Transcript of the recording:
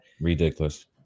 Ridiculous